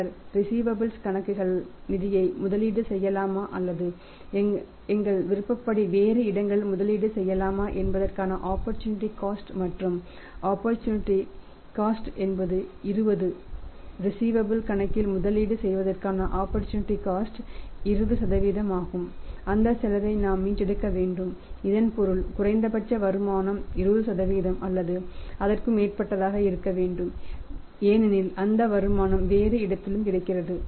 பின்னர் ரிஸீவபல்ஸ் 20 ஆகும் அந்த செலவை நாம் மீட்டெடுக்க வேண்டும் இதன் பொருள் குறைந்தபட்ச வருமானம் 20 அல்லது அதற்கு மேற்பட்டதாக இருக்க வேண்டும் ஏனெனில் அந்த வருமானம் வேறு இடத்திலும் கிடைக்கிறது